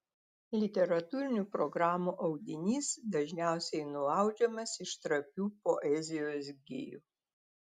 literatūrinių programų audinys dažniausiai nuaudžiamas iš trapių poezijos gijų